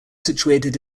situated